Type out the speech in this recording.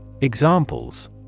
Examples